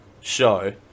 show